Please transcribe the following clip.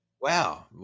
Wow